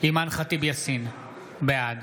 אימאן ח'טיב יאסין, בעד